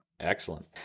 Excellent